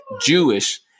Jewish